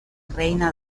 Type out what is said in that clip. reina